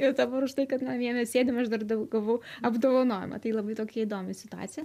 ir dabar už tai kad namie sėdim aš dar dėl gavau apdovanojimą tai labai tokia įdomi situacija